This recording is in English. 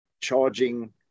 charging